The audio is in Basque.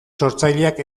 sortzaileak